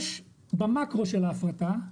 יש במקרו של ההפרטה,